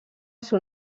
ser